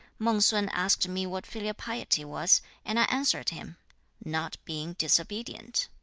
mang-sun asked me what filial piety was, and i answered him not being disobedient.